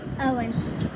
owen